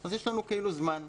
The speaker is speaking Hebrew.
אז יש לנו כאילו זמן.